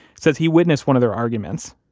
says he witnessed one of their arguments,